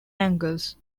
angles